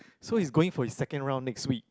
so he's going for his second round next week